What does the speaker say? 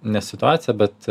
ne situacija bet